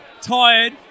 tired